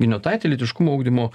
giniotaitė lytiškumo ugdymo